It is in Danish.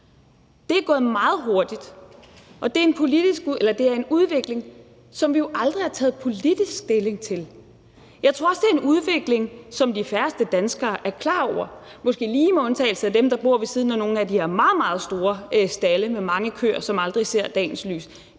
Det er gået meget hurtigt, og det er en udvikling, som vi jo aldrig har taget politisk stilling til. Jeg tror også, det er en udvikling, som de færreste danskere er klar over, måske lige med undtagelse af dem, der bor ved siden af de her meget, meget store stalde med mange køer, som aldrig ser dagens lys;